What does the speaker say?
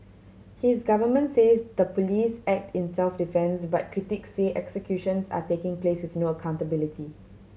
his government says the police act in self defence but critics say executions are taking place with no accountability